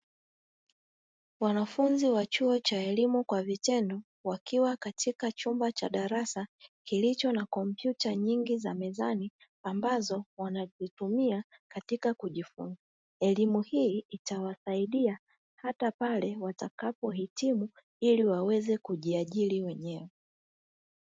Wanafunzi wa chuo cha elimu kwa vitendo wakiwa katika chumba cha darasa kilicho na kompyuta nyingi za mezani, ambazo wanazitumia katika kujifunza elimu hii itawasaidia hata pale watakapohitimu ili waweze kujiajiri wenyewe.